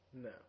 No